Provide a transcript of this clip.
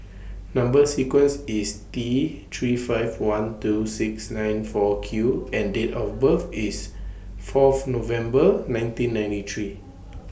Number sequence IS T three five one two six nine four Q and Date of birth IS Fourth November nineteen ninety three